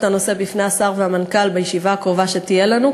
הנושא בפני השר והמנכ"ל בישיבה הקרובה שתהיה לנו,